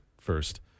first